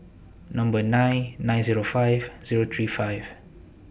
Number nine nine Zero five Zero three five